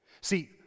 See